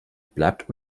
bleibt